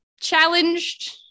challenged